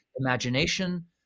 imagination